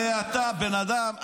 הרי אתה בן אדם,